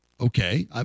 Okay